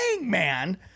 man